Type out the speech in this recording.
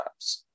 apps